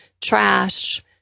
trash